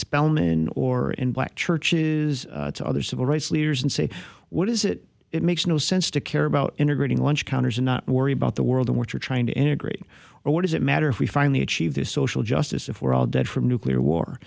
spelman or in black churches to other civil rights leaders and say what is it it makes no sense to care about integrating lunch counters and not worry about the world in which you're trying to integrate or what does it matter if we finally achieve this social justice if we're all dead from nuclear war